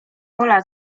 pola